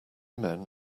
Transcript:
men